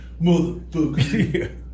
motherfucker